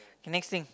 K next thing